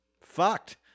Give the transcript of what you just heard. fucked